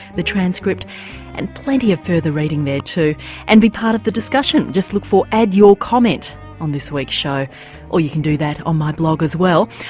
the transcript and plenty of further reading there too and be part of the discussion. just look for add your comment on this week's show or you can do that on my blog as well.